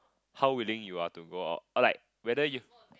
how willing you are to go out or like whether you